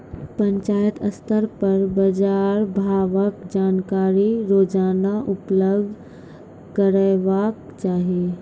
पंचायत स्तर पर बाजार भावक जानकारी रोजाना उपलब्ध करैवाक चाही?